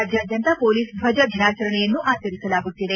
ರಾಜ್ಯಾದ್ಯಂತ ಪೊಲೀಸ್ ಧ್ವಜ ದಿನಾಚರಣೆಯನ್ನು ಆಚರಿಸಲಾಗುತ್ತಿದೆ